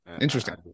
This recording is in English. Interesting